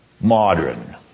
modern